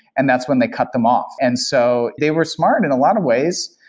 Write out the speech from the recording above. and that's when they cut them off. and so they were smart in a lot of ways,